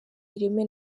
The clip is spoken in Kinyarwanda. ireme